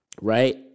right